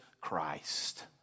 Christ